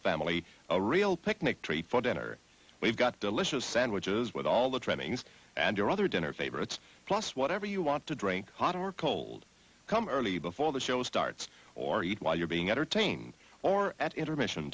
family a real picnic tray for dinner we've got delicious sandwiches with all the trimmings and your other dinner favorites plus whatever you want to drink hot or cold come early before the show starts or eat while you're being entertained or at intermission